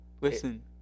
Listen